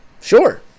sure